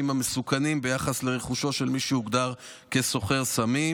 המסוכנים ביחס לרכושו של מי שהוגדר כסוחר סמים,